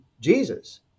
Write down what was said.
Jesus